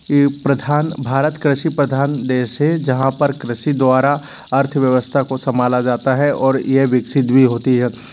प्रधान भारत कृषि प्रधान देश है जहाँ पर कृषि द्वारा अर्थव्यवस्था को संभाला जाता है और यह विकसित भी होती है